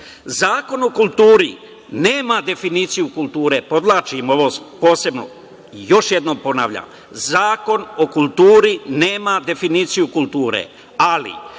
o kulturi nema definiciju kulture, podvlačim ovo posebno. I još jednom ponavljam - Zakon o kulturi nema definiciju kulture. Ali,